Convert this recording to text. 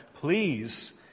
please